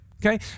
Okay